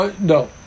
no